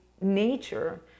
nature